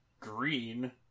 green